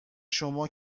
شما